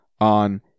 on